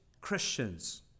Christians